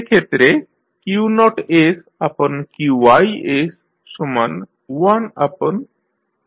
সেক্ষেত্রে Q0sQi11sRC